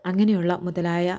അങ്ങനെയുള്ള മുതലായ